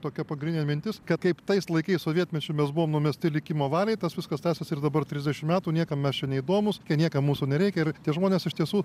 tokia pagrindinė mintis kad kaip tais laikais sovietmečiu mes buvom numesti likimo valiai tas viskas tęsiasi ir dabar trisdešim metų niekam mes čia neįdomūs kai niekam mūsų nereikia ir tie žmonės iš tiesų